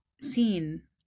seen